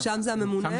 שם זה הממונה,